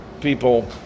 people